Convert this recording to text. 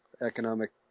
economic